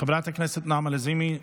חברת הכנסת נעמה לזימי,